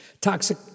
Toxic